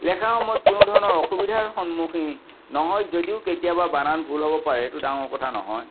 লেখাৰ সময়ত কোনোধৰণৰ অসুবিধাৰ সন্মুখীন নহয় যদিও কেতিয়াবা বানান ভুল হ'ব পাৰে সেইটো ডাঙৰ কথা নহয়